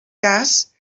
cas